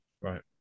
Right